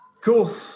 Cool